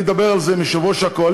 אני אדבר על זה עם יושב-ראש הקואליציה,